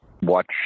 watch